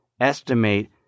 Estimate